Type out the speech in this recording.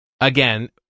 again